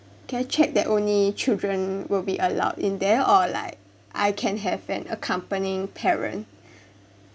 can I check that only children will be allowed in there or like I can have an accompanying parent